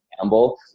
Campbell